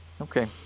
Okay